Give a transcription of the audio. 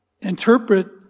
interpret